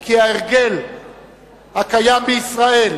כי ההרגל הקיים בישראל